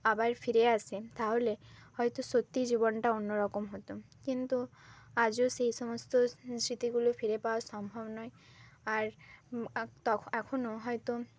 আবার ফিরে আসে তাহলে হয়তো সত্যিই জীবনটা অন্য রকম হতো কিন্তু আজও সেই সমস্ত স্মৃতিগুলো ফিরে পাওয়া সম্ভব নয় আর এখনও হয়তো